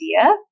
idea